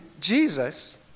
Jesus